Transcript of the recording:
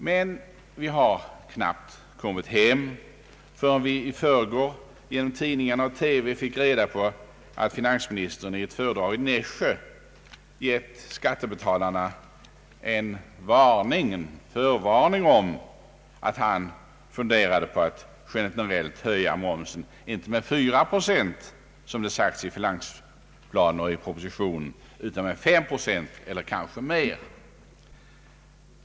Men vi hade knappt kommit hem förrän vi i förrgår genom tidningar och TV fick reda på att finansministern i ett föredrag i Nässjö givit skattebetalarna en förvarning om att han funderade på att generellt höja momsen inte med fyra procent, som det sagts i finansplanen och i propositionen, utan med fem procent eller kanske mer.